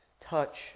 touch